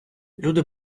люди